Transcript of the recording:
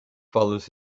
follows